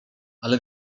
ale